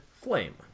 Flame